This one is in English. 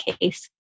case